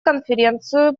конференцию